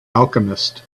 alchemist